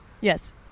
Yes